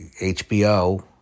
HBO